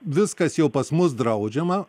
viskas jau pas mus draudžiama